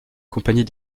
compagnie